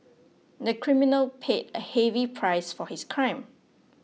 the criminal paid a heavy price for his crime